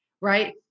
right